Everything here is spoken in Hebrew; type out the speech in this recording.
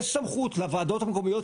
יש סמכות לוועדות המקומיות,